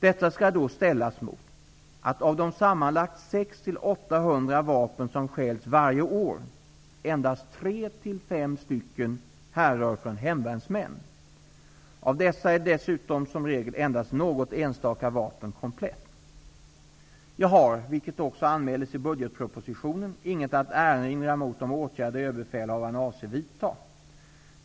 Detta skall då ställas mot att av de sammanlagt 600--800 vapen som stjäls varje år endast 3--5 härrör från hemvärnsmän. Av dessa är dessutom som regel endast något enstaka vapen komplett. Jag har, vilket också anmäldes i budgetpropositionen, inget att erinra mot de åtgärder Överbefälhavaren avser vidta.